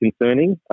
concerning